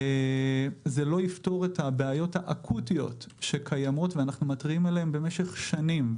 זה לא יפתור את הבעיות האקוטיות שקיימות עליהן אנחנו מתריעים במשך שנים.